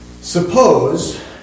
Suppose